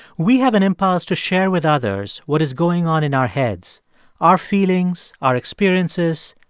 we have an impulse to share with others what is going on in our heads our feelings, our experiences,